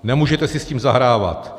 Nemůžete si s tím zahrávat.